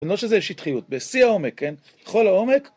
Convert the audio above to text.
ולא שזה שטחיות, בשיא העומק, כן? בכל העומק...